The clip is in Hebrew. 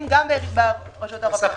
סכנין?